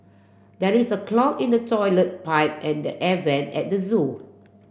there is a clog in the toilet pipe and the air vent at the zoo